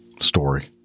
story